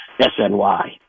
SNY